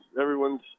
everyone's